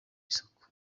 isoko